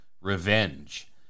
revenge